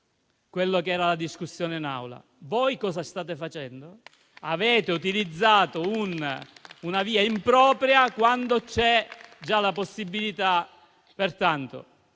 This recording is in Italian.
troppo la discussione in Aula. Voi cosa state facendo? Avete utilizzato una via impropria, quando c'è già la possibilità. Pertanto,